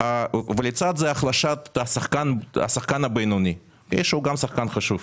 ולצד זה החלשת השחקן הבינוני שהוא גם שחקן חשוב.